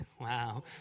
Wow